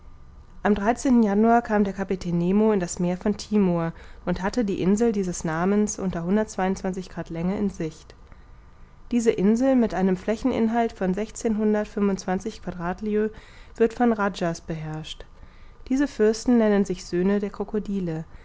am januar kam der kapitän nemo in das meer von timor und hatte die insel dieses namens unter grad länge in sicht diese insel mit einem flächeninhalt von sechzehnhundertundfünfundzwanzig quadrat lieues wird von radjahs beherrscht diese fürsten nennen sich söhne der krokodille